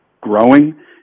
growing